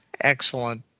Excellent